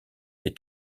des